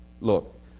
Look